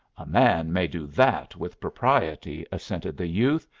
a man may do that with propriety, assented the youth.